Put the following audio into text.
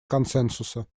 консенсуса